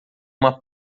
uma